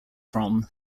from